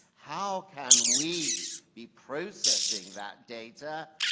how can we be processing that data?